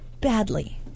badly